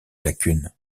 lacunes